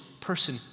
person